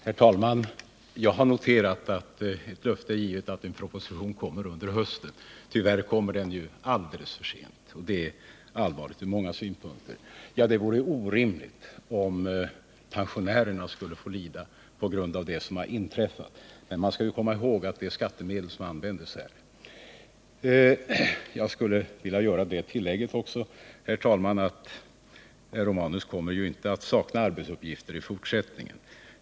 Herr talman! Jag har noterat att ett löfte är givet att en proposition kommer under hösten. Tyvärr kommer den ju alldeles för sent, och det är allvarligt ur många synpunkter. Ja, det vore orimligt om pensionärerna skulle få lida på grund av det som har inträffat. Men man skall ju komma ihåg att det är skattemedel som används här. Jag skulle vilja göra det tillägget också, herr talman, att herr Romanus kommer ju inte att sakna arbetsuppgifter i fortsättningen.